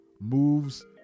moves